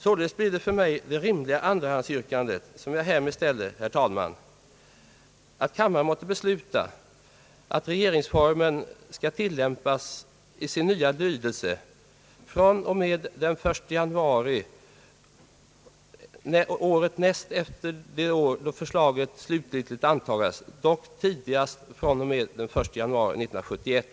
Således blir för mig det rimliga andrahandsyrkandet, som jag härmed ställer, herr talman, att kammaren måtte besluta att regeringsformen skall tilllämpas i sin nya lydelse fr.o.m. den 1 januari året näst efter det då förslaget slutgiltigt antages, dock tidigast fr.o.m. den 1 januari 1971.